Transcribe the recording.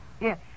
Yes